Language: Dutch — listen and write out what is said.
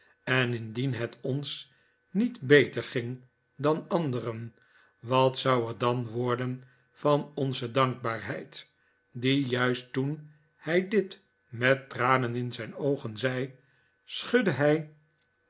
en indien het ons niet beter ging dan anderen wat zou er dan worden van onze dankbaarheid die juist toen hij dit met tranen in zijn oogen zei schudde hij